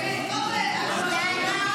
מדינה.